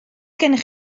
gennych